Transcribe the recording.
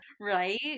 Right